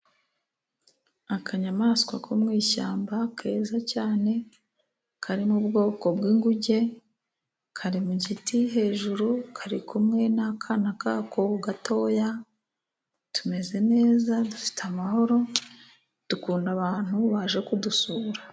Akanyamaswa ko mu ishyamba keza cyane, kari mu bwoko bw'inguge, kari mu giti hejuru, kari kumwe n'akana k'ako gatoya, tumeze neza dufite amahoro, dukunda abantu baje kudusura.